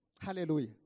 Hallelujah